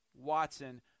Watson